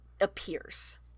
appears